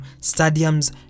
stadiums